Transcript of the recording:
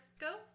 go